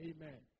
Amen